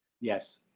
Yes